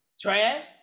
trash